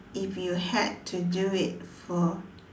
if you had to do it for